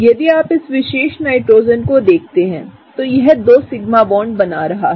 यदि आप इस विशेष नाइट्रोजन को देखते हैं तो यह 2 सिग्मा बॉन्ड बना रहा है